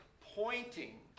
pointing –